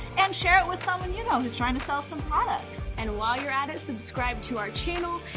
and share it with someone you know who's trying to sell some products. and while you're at it, subscribe to our channel.